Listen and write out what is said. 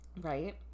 Right